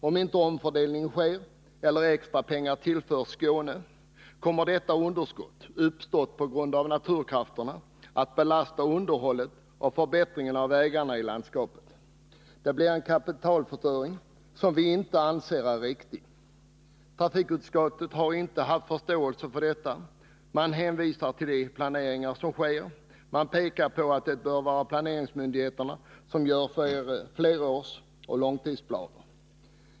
Om inte en omfördelning av väganslagen sker eller extra medel tillförs Skåne, kommer detta underskott, som uppstått på grund av naturkrafterna, att belasta underhållet och förbättringen av vägarna i landskapet. Det skulle innebära en kapitalförstöring som vi inte anser vara riktig. Trafikutskottet har inte haft förståelse för detta. Utskottet hänvisar till de planeringar som sker, och man pekar på att planeringsmyndigheterna har att göra flerårsoch långtidsplaner.